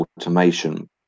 automation